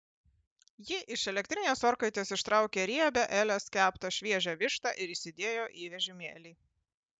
ji iš elektrinės orkaitės ištraukė riebią elės keptą šviežią vištą ir įsidėjo į vežimėlį